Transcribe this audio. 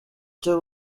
cyo